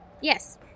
yes